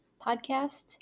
podcast